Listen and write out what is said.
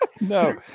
No